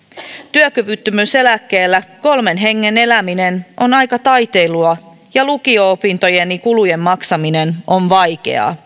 työkyvyttömyyseläkkeellä kolmen hengen eläminen on aika taiteilua ja lukio opintojeni kulujen maksaminen on vaikeaa